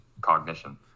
cognition